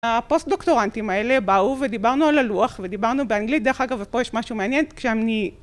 הפוסט דוקטורנטים האלה באו ודיברנו על הלוח ודיברנו באנגלית דרך אגב ופה יש משהו מעניין כשאני